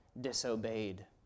disobeyed